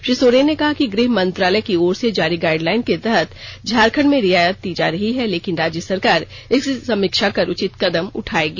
श्री सोरेन ने कहा कि गृह मंत्रालय की ओर से जारी गाईडलाइन के तहत झारखंड में रियायत दी जा रही है लेकिन राज्य सरकार इसकी समीक्षा कर उचित कदम उठायेगी